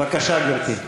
בבקשה, גברתי.